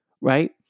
right